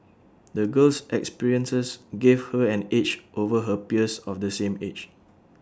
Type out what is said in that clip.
the girl's experiences gave her an edge over her peers of the same age